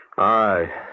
Aye